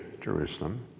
Jerusalem